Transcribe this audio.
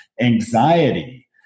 anxiety